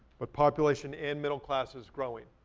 but population and middle class is growing.